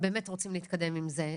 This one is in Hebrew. באמת רוצים להתקדם עם זה.